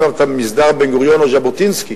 אם במסדר בן-גוריון או ז'בוטינסקי,